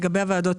לגבי הוועדות.